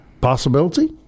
Possibility